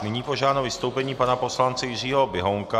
Nyní požádám o vystoupení pana poslance Jiřího Běhounka.